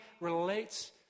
relates